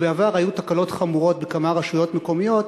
בעבר היו תקלות חמורות בכמה רשויות מקומיות,